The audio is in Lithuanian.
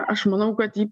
aš manau kad ji